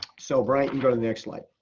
so bryant, you go to the next slide.